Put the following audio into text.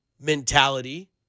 mentality